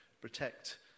protect